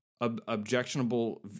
objectionable